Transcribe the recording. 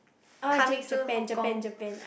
coming soon Hong Kong